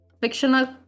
fictional